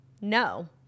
No